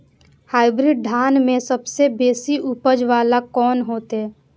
Hybrid धान में सबसे बेसी उपज बाला कोन हेते?